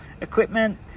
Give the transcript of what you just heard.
equipment